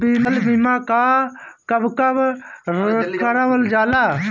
फसल बीमा का कब कब करव जाला?